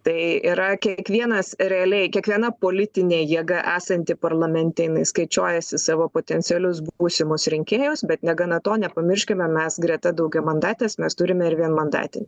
tai yra kiekvienas realiai kiekviena politinė jėga esanti parlamente jinai skaičiuojasi savo potencialius būsimus rinkėjus bet negana to nepamirškime mes greta daugiamandatės mes turime ir vienmandatin